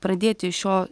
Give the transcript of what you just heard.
pradėti šio